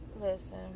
Listen